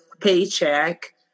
paycheck